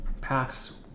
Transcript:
packs